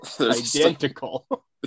Identical